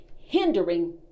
hindering